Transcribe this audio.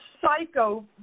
psycho